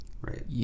Right